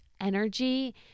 energy